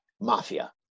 Mafia